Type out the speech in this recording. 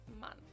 month